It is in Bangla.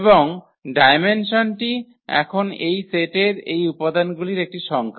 এবং ডায়মেনস্নটি এখন এটি এই সেটের এই উপাদানগুলির একটি সংখ্যা